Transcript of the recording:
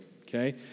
okay